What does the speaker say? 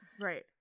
Right